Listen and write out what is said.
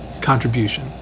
contribution